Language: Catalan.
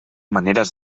maneres